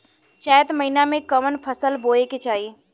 चैत महीना में कवन फशल बोए के चाही?